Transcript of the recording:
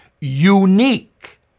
unique